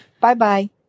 Bye-bye